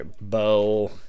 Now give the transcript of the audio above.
bow